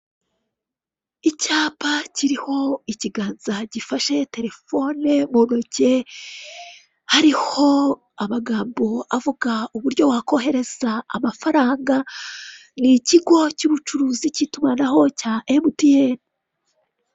Icyapa kiriho ikiganza gifashe telefone mo gake hariho amagambo avuga uburyo wakohereza mafaranga, ni ikigo cy'ubucuruzi cy'itumanaho cya emutiyeni.